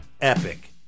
epic